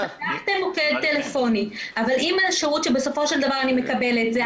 פתחתם מוקד טלפוני אבל אם השירות שבסופו של דבר שאני מקבלת זה